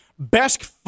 Best